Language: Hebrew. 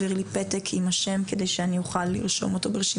זה מתחיל בנו המועדונים, בהקצאות שאנחנו נותנים,